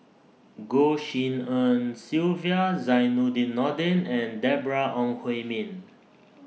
Goh Tshin En Sylvia Zainudin Nordin and Deborah Ong Hui Min